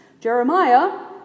Jeremiah